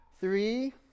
Three